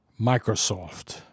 Microsoft